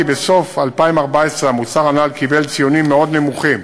בסוף 2014 המוצר הנ"ל קיבל ציונים מאוד נמוכים